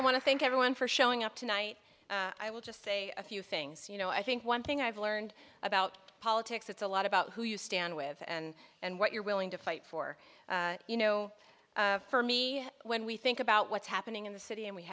want to thank everyone for showing up tonight i will just say a few things you know i think one thing i've learned about politics it's a lot about who you stand with and and what you're willing to fight for you know for me when we think about what's happening in the city and we